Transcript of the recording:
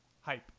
hype